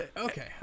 Okay